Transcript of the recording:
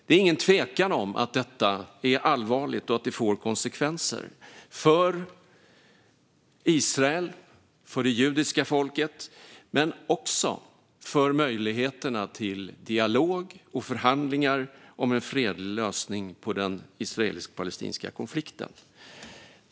Det är ingen tvekan om att detta är allvarligt och får konsekvenser för Israel och det judiska folket, men också för möjligheterna till dialog och förhandlingar om en fredlig lösning på den israelisk-palestinska konflikten.